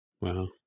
Wow